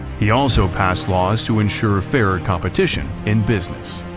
he also passed laws to ensure ah fairer competition in business.